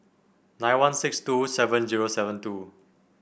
nine one six two seven zero seven two